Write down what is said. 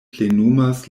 plenumas